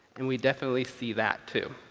and we definitely see that too.